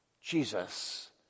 Jesus